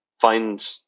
find